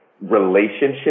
relationship